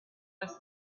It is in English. was